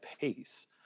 pace